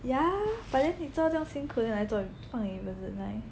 ya but then 你做到这样辛苦你来做放 Invisalign